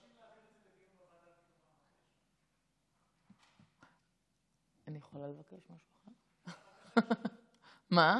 מה?